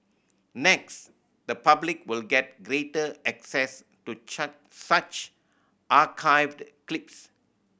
next the public will get greater access to such clips